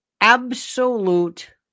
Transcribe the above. absolute